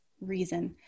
reason